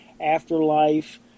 afterlife